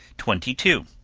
twenty two.